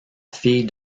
fille